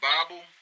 Bible